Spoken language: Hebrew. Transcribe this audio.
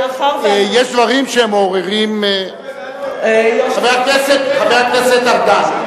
יש דברים שמעוררים, חבר הכנסת ארדן.